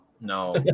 no